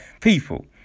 people